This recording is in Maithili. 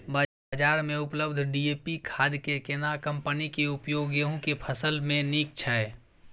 बाजार में उपलब्ध डी.ए.पी खाद के केना कम्पनी के उपयोग गेहूं के फसल में नीक छैय?